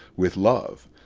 with love,